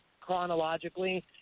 chronologically